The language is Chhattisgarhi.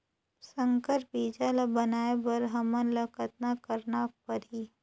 संकर बीजा ल बनाय बर हमन ल कतना करना परही?